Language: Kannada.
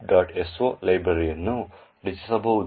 so ಲೈಬ್ರರಿಯನ್ನು ರಚಿಸಬಹುದು